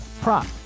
prop